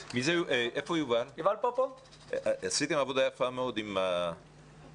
רק לומר ליובל שעשיתם עבודה יפה מאוד עם בחינות הבגרות.